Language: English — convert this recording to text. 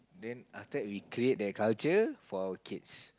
then after that we create the culture for our kids